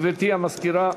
גברתי המזכירה.